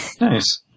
Nice